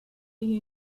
you